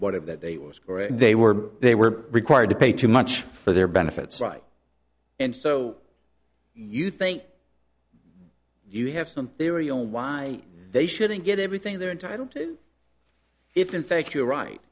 whatever that they were they were they were required to pay too much for their benefits and so you think you have some theory on why they shouldn't get everything they're entitled to if in fact you're right